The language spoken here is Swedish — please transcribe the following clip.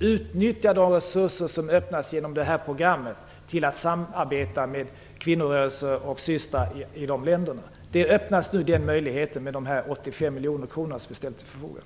utnyttjar de resurser som öppnas genom det här programmet till att samarbeta med kvinnorörelser i dessa länder. Den möjligheten öppnas nu med de 85 miljoner kronor som vi har ställt till förfogande.